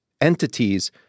entities